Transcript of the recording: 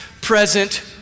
present